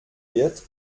wird